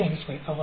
52 அவ்வாறே